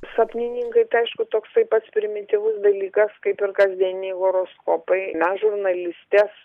sapnininkai tai aišku toksai pats primityvus dalykas kaip ir kasdieniniai horoskopai mes žurnalistės